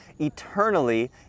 eternally